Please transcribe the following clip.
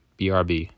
BRB